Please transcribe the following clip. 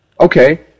okay